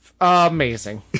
Amazing